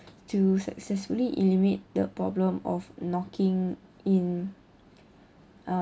to successfully eliminate the problem of knocking in